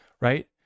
Right